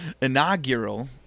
inaugural